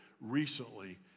recently